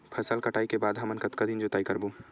फसल कटाई के बाद हमन कतका दिन जोताई करबो?